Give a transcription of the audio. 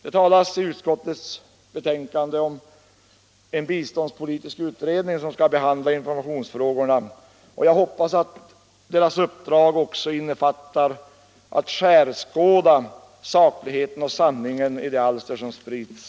Nu talas i utskottsbetänkandet om biståndspolitiska utredningen, som skall behandla informationsfrågorna. Jag hoppas att utredningens uppdrag också innefattar att skärskåda sakligheten och sanningen i de alster som sprids.